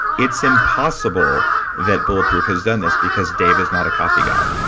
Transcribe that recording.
it's impossible that bulletproof has done this because dave is not a coffee guy.